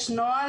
יש נוהל,